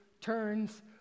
turns